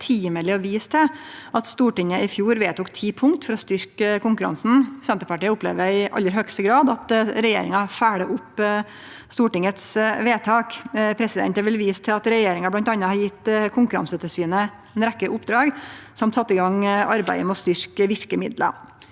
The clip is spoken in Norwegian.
det er på sin plass å vise til at Stortinget i fjor vedtok ti punkt for å styrkje konkurransen. Senterpartiet opplever i aller høgste grad at regjeringa følgjer opp Stortingets vedtak. Eg vil vise til at regjeringa bl.a. har gitt Konkurransetilsynet ei rekkje oppdrag og i tillegg sett i gang arbeidet med å styrkje verkemidla.